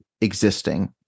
existing